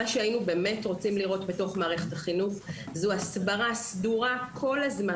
מה שהיינו באמת רוצים לראות בתוך מערכת החינוך זו הסברה סדורה כל הזמן,